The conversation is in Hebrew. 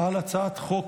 על הצעת חוק